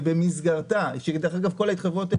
שדרך אגב כל ההתחייבויות,